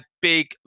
big